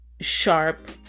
Sharp